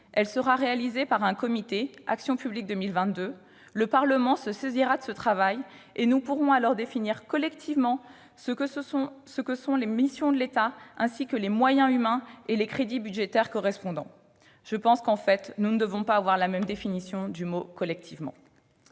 Elle sera réalisée par un comité Action publique 2022 [...]. Le Parlement se saisira de ce travail, et nous pourrons alors définir collectivement ce que sont les missions de l'État, ainsi que les moyens humains et les crédits budgétaires correspondants. » De toute évidence, nous n'avons pas la même définition du mot « collectivement »